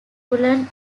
cullen